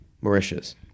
Mauritius